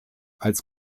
als